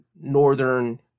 northern